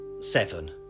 seven